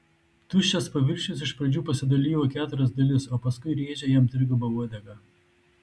tuščias paviršius iš pradžių pasidalijo į keturias dalis o paskui rėžė jam triguba uodega